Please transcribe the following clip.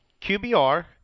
QBR